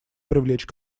привлечь